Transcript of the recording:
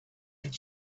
that